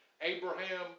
Abraham